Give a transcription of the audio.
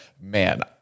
man